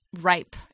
ripe